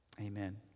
amen